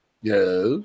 Yes